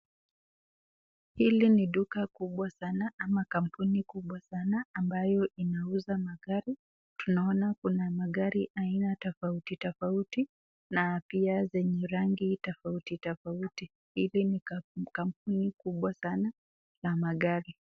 Hili ni duka kubwa sana ama kampuni kubwa sana ambayo inauza magari. Tunaona kuna magari aina tofauti tofauti na pia zenye rangi tofauti tofauti. Hili ni kampuni kubwa sana la magari.